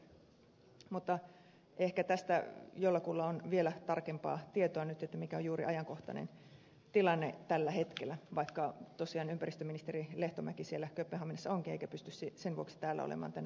mutta ehkä tästä jollakulla on vielä tarkempaa tietoa mikä on juuri nyt ajankohtainen tilanne tällä hetkellä vaikka tosiaan ympäristöministeri lehtomäki siellä kööpenhaminassa onkin eikä pysty sen vuoksi täällä olemaan tänään paikalla